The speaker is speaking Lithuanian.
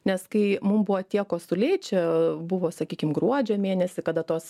nes kai mum buvo tie kosuliai čia buvo sakykim gruodžio mėnesį kada tos